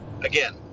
Again